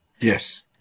yes